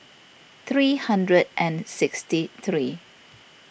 three hundred and sixty three